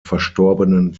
verstorbenen